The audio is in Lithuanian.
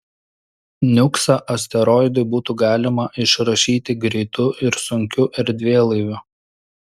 niuksą asteroidui būtų galima išrašyti greitu ir sunkiu erdvėlaiviu